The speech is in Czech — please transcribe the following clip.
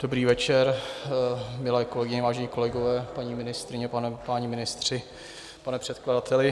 Dobrý večer, milé kolegyně, vážení kolegové, paní ministryně, páni ministři, pane předkladateli.